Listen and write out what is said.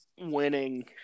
winning